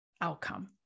outcome